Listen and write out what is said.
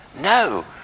No